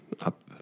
up